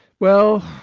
well,